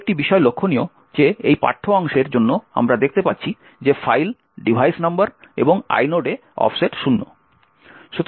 তাই একটি বিষয় লক্ষণীয় যে এই পাঠ্য অংশের জন্য আমরা দেখতে পাচ্ছি যে ফাইল ডিভাইস নম্বর এবং inode এ অফসেট শূন্য